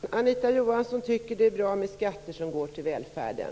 Fru talman! Anita Johansson tycker att det är bra med skatter som går till välfärden.